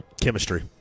Chemistry